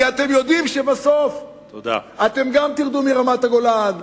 כי אתם יודעים שבסוף אתם גם תרדו מרמת-הגולן,